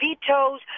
vetoes